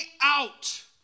out